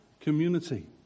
community